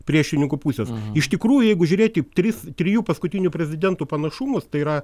priešininkų pusės iš tikrųjų jeigu žiūrėti į tris trijų paskutinių prezidentų panašumus tai yra